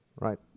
Right